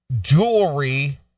jewelry